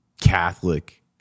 Catholic